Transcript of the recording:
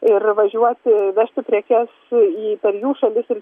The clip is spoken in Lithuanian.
ir važiuoti vežti prekes į per jų šalis ir